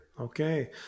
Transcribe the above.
okay